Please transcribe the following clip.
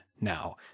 now